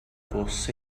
bws